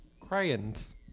Crayons